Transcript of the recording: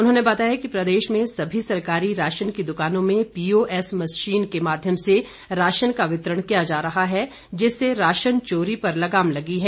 उन्होंने बताया कि प्रदेश में सभी सरकारी राशन की दुकानों में पीओएस मशीन के माध्यम से राशन का वितरण किया जा रहा है जिससे राशन चोरी पर लगाम लगी है